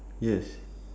yes